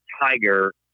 Tiger